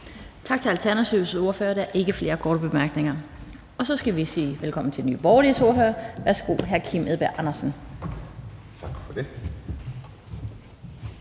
Tak til Alternativets ordfører. Der er ikke flere korte bemærkninger. Så skal vi sige velkommen til Nye Borgerliges ordfører. Værsgo til hr. Kim Edberg Andersen. Kl.